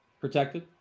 Protected